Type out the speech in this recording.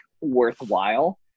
worthwhile